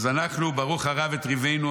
אז "ברוך הרב את ריבנו,